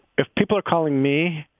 if people are calling me,